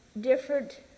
different